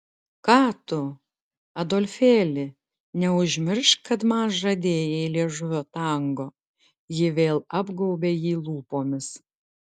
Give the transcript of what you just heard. ką tu adolfėli neužmiršk kad man žadėjai liežuvio tango ji vėl apgaubė jį lūpomis